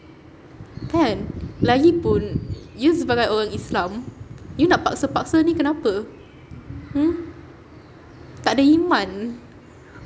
kan lagipun you sebagai orang islam you nak paksa-paksa ni kenapa hmm takde iman